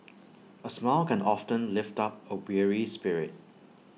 A smile can often lift up A weary spirit